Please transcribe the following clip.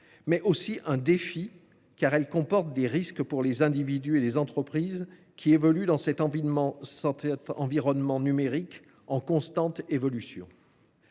mais aussi un défi, car elle fait courir des risques aux individus et aux entreprises évoluant dans cet environnement numérique en constante mutation.